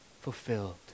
fulfilled